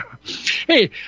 Hey